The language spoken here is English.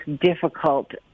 difficult